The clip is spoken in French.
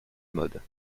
mode